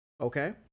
Okay